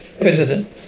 President